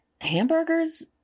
Hamburgers